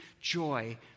joy